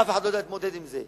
אף אחד לא יודע להתמודד עם זה.